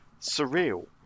surreal